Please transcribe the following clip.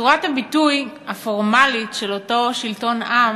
צורת הביטוי הפורמלית של אותו שלטון עם